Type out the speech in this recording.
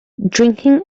drinking